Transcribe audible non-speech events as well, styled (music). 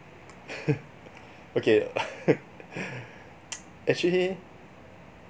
(laughs) okay (laughs) (noise) actually